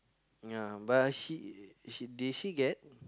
ya but she she did she get